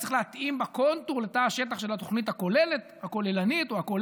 צריך להתאים בקונטור לתא השטח של התוכנית הכוללת או הכוללנית.